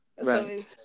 Right